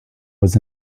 was